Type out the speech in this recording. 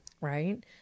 Right